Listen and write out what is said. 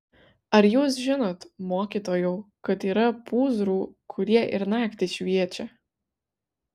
ar jūs žinot mokytojau kad yra pūzrų kurie ir naktį šviečia